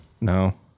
No